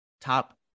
top